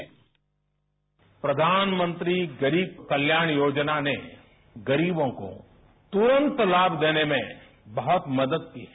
bite प्रधानमंत्रीगरीब कल्याण योजना ने गरीबों को तुरंत लाभ देने में बहुत मदद की है